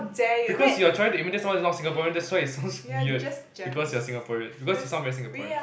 because you're trying to imitate someone who is not Singaporean that's why it sounds weird because you're Singaporean because you sound very Singaporean